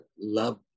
love